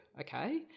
okay